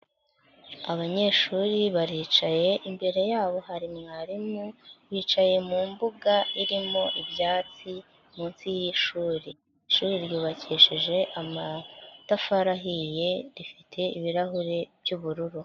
Abanyeshuri baricaye, imbere yabo hari mwarimu, bicaye mu mbuga irimo ibyatsi munsi y'ishuri, ishuri ryubakishije amatafari ahiye rifite ibirahuri by'ubururu.